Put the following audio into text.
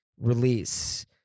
release